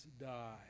die